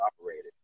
operated